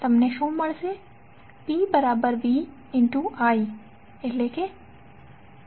તમને શું મળશે